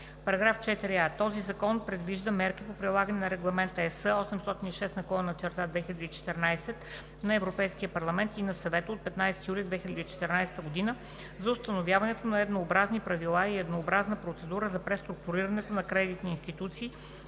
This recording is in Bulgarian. § 4а: „§ 4а. Този закон предвижда мерки по прилагане на Регламент (ЕС) № 806/2014 на Европейския парламент и на Съвета от 15 юли 2014 г. за установяването на еднообразни правила и еднообразна процедура за преструктурирането на кредитни институции